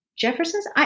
jefferson's